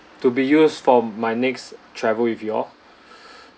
to be use for my next travel with you all